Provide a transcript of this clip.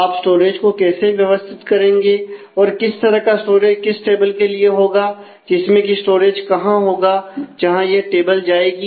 आप स्टोरेज को कैसे व्यवस्थित करेंगे और किस तरह का स्टोरेज किस टेबल के लिए होगा जिसमें की स्टोरेज कहां होगा जहां यह टेबल जाएगी